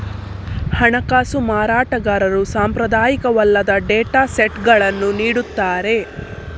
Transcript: ಹಣಕಾಸು ಮಾರಾಟಗಾರರು ಸಾಂಪ್ರದಾಯಿಕವಲ್ಲದ ಡೇಟಾ ಸೆಟ್ಗಳನ್ನು ನೀಡುತ್ತಾರೆ